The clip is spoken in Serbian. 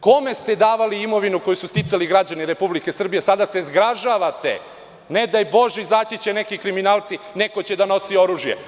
Kome ste davali imovinu koju su sticali građani Republike Srbije, sada se zgražavate, nedaj Bože, izaći će neki kriminalci, neko će da nosi oružje.